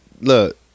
look